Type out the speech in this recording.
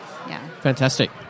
Fantastic